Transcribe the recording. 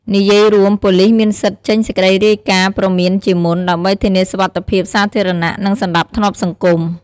និយាយរួម ប៉ូលីសមានសិទ្ធិចេញសេចក្តីរាយការណ៍ព្រមានជាមុន ដើម្បីធានាសុវត្ថិភាពសាធារណៈ និងសណ្ដាប់ធ្នាប់សង្គម។